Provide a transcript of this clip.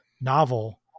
novel